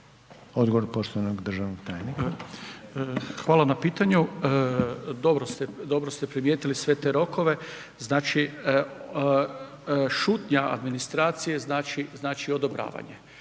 Odgovor poštovanog državnog tajnika. **Meštrić, Danijel** Hvala na pitanju, dobro ste primijetili sve te rokove. Šutnja administracije znači odobravanje.